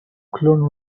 clone